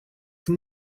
from